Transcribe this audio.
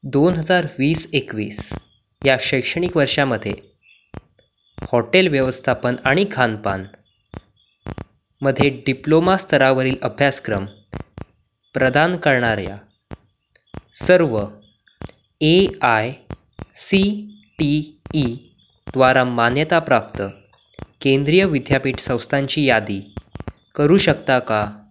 दोन हजार वीस एकवीस या शैक्षणिक वर्षामध्ये हॉटेल व्यवस्थापन आणि खानपान मध्ये डिप्लोमा स्तरावरील अभ्यासक्रम प्रदान करणाऱ्या सर्व A I C T E द्वारा मान्यताप्राप्त केंद्रीय विद्यापीठ संस्थांची यादी करू शकता का